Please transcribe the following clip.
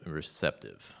receptive